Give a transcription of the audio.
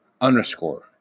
underscore